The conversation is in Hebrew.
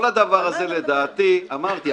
אמרתי,